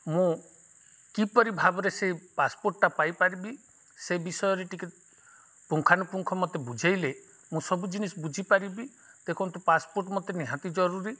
ମୁଁ କିପରି ଭାବରେ ସେ ପାସ୍ପୋର୍ଟଟା ପାଇପାରିବି ସେ ବିଷୟରେ ଟିକେ ପୁଙ୍ଖାାନୁପୁଙ୍ଖ ମୋତେ ବୁଝେଇଲେ ମୁଁ ସବୁ ଜିନିଷ୍ ବୁଝିପାରିବି ଦେଖନ୍ତୁ ପାସ୍ପୋର୍ଟ ମୋତେ ନିହାତି ଜରୁରୀ